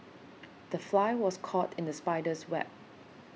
the fly was caught in the spider's web